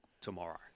tomorrow